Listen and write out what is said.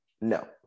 No